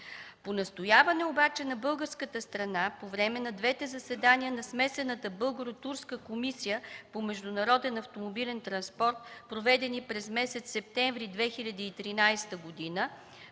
По настояване обаче на българската страна по време на двете заседания на смесената Българо-турска комисия по международен автомобилен транспорт, проведени през месец септември 2013 г.,